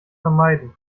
vermeiden